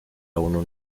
aún